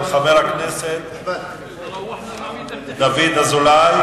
הצעות לסדר-היום שמספרן 1679, 1706, 1711,